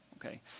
Okay